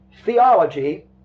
theology